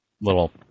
little